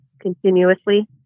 Continuously